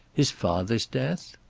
his father's death?